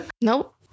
Nope